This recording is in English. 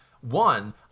One